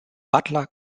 butler